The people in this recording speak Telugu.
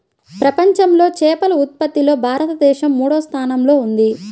ప్రపంచంలో చేపల ఉత్పత్తిలో భారతదేశం మూడవ స్థానంలో ఉంది